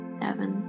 seven